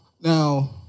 Now